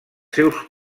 seus